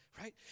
right